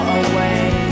away